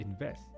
invest